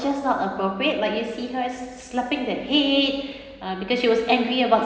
just not appropriate like you see her slapping the head uh because she was angry about